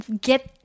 get